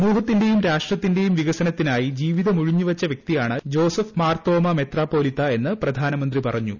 സമൂഹത്തിന്റെയും രാഷ്ട്രത്തിന്റേയും വികസനത്തിനായി ജീവിതം ഉഴിഞ്ഞുവച്ച വ്യക്തിയാണ് ജോസഫ് മാർ തോമ മെത്രാപ്പൊലീത്ത എന്ന് പ്രധാനമന്ത്രി പറഞ്ഞു